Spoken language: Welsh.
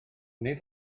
nid